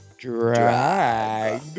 Drag